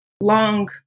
long